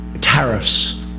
tariffs